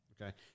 Okay